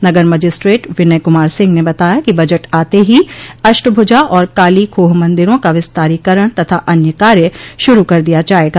नगर magistrate Vinay Kumar Singh ने बताया कि बजट आते ही अष्टभुजा और काली खोह मंदिरों का विस्तारीकरण तथा अन्य कार्य शुरू कर दिया जायेगा